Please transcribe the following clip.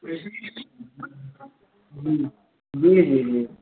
जी जी जी जी